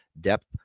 depth